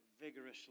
vigorously